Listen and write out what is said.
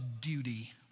duty